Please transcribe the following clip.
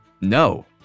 No